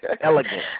Elegant